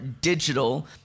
digital